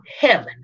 heaven